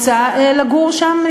שרוצָה לגור שם,